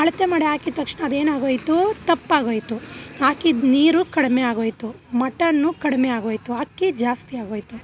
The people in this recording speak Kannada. ಅಳತೆ ಮಾಡಿ ಹಾಕಿದ್ ತಕ್ಷಣ ಅದೇನಾಗೋಯಿತು ತಪ್ಪಾಗೋಯಿತು ಹಾಕಿದ್ ನೀರು ಕಡಿಮೆ ಆಗೋಯಿತು ಮಟನ್ನು ಕಡಿಮೆ ಆಗೋಯಿತು ಅಕ್ಕಿ ಜಾಸ್ತಿ ಆಗೋಯಿತು